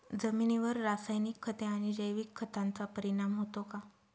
जमिनीवर रासायनिक खते आणि जैविक खतांचा परिणाम होतो का?